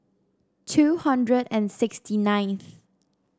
two hundred and sixty ninth